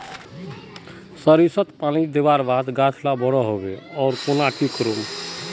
सरिसत पानी दवर बात गाज ला बोट है होबे ओ खुना की करूम?